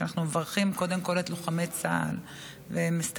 שאנחנו מברכים קודם כול את לוחמי צה"ל ומסתכלים